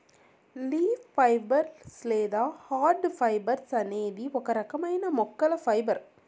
leaf fibers లేదా hard fibers అనేది ఒక రకమైన మొక్కల ఫైబర్